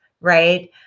right